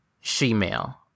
she-male